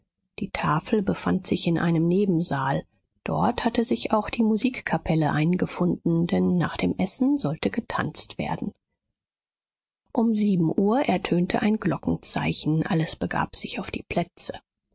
die tafel befand sich in einem nebensaal dort hatte sich auch die musikkapelle eingefunden denn nach dem essen sollte getanzt werden um sieben uhr ertönte ein glockenzeichen alles begab sich auf die plätze